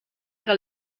que